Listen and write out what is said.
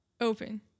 Open